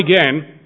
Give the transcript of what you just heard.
again